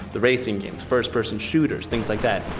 the racing games, first person shooters, things like that,